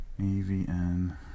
AVN